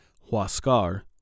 Huascar